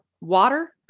water